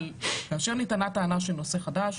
אבל כאשר נטענה טענה של נושא חדש,